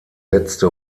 letzte